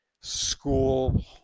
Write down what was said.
school